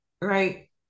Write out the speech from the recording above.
Right